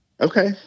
Okay